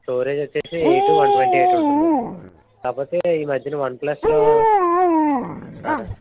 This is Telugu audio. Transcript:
స్టోరేజ్ వచ్చేసి ఎయిటు వన్ ట్వంటీ ఎయిట్ ఉంటుందండి కాకపొతే ఈ మధ్యన వన్ ప్లస్లో